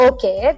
Okay